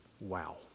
Wow